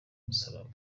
musaraba